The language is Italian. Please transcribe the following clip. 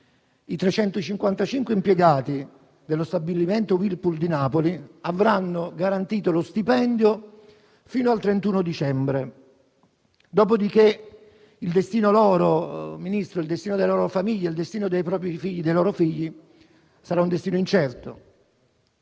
I 355 impiegati dello stabilimento Whirlpool di Napoli avranno garantito lo stipendio fino al 31 dicembre, dopodiché il loro destino, il destino delle loro famiglie, il destino dei loro figli sarà incerto.